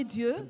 Dieu